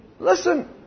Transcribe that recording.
Listen